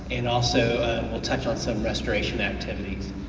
and also we'll touch on some restoration activities.